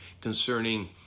concerning